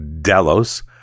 Delos